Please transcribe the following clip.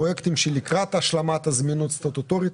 פרויקטים שלקראת השלמת זמינות סטטוטורית,